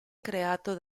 creato